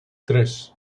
tres